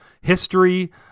history